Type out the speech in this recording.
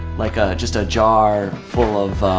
like, ah just a jar full of